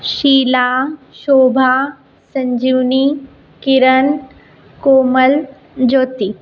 Sheila Shobha Sanjivani Kiran Komal Jyoti